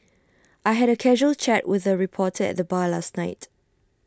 I had A casual chat with A reporter at the bar last night